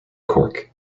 cork